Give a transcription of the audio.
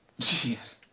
jeez